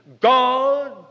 God